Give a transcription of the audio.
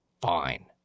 Fine